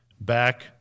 back